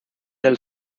del